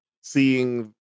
seeing